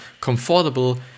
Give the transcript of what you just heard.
comfortable